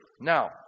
Now